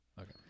okay